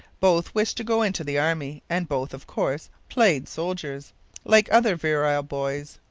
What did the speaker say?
both wished to go into the army and both, of course, played soldiers like other virile boys.